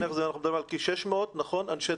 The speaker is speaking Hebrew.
אנחנו מדברים על כ-600 מורים?